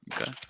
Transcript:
Okay